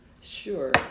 sure